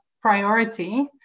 priority